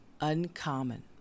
uncommon